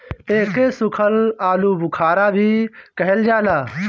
एके सुखल आलूबुखारा भी कहल जाला